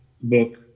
book